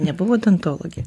nebuvo odontologė